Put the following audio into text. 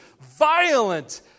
violent